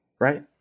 right